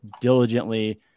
diligently